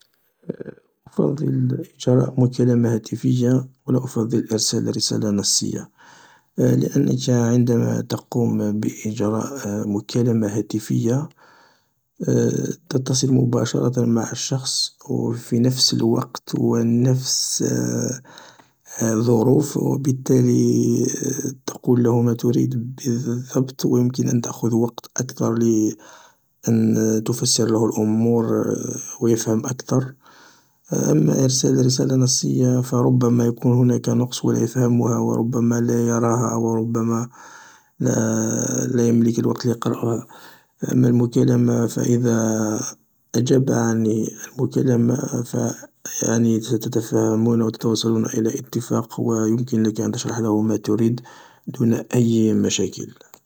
أفضل اجراء مكالمة هاتفية ولاأفضل ارسال رسالة نصية، لأنك عندما تقوم باجراء مكالمة هاتفية تتصل مباشرة مع الشخص في نفس الوقت و نفس الظروف و بالتالي تقول له ماتريد بالظبط و يمكن أن تأخذ وقت أثر لأن تفسر له الأمور و يفهم أكثر، أما ارسال رسالة نصية فربما يكون فيها نقص ولا يفهمها وربما لا يراها وربما لا يملك الوقت ليقرئها، أما المكالمة فاذا أجاب عن المكالمة يعني ستتفاهمون و تتوصلون الى اتفاق و يمكن لك ان تشرح له ماتريد، دون أي مشاكل.